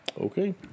Okay